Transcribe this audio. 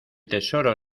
tesoro